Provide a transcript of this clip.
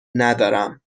ندارم